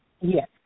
Yes